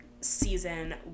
Season